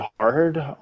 hard